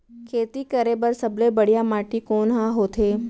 खेती करे बर सबले बढ़िया माटी कोन हा होथे?